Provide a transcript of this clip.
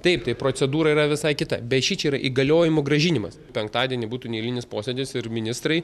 taip tai procedūra yra visai kita be šičia yra įgaliojimų grąžinimas penktadienį būtų neeilinis posėdis ir ministrai